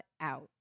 out